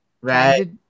Right